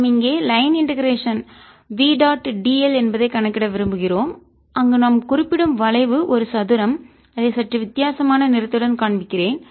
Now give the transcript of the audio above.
நாம் இங்கே line integration V dot d l என்பதை கணக்கிட விரும்புகிறோம் அங்கு நாம் குறிப்பிடும் வளைவு ஒரு சதுரம் அதை சற்று வித்தியாசமான நிறத்துடன் காண்பிக்கிறேன்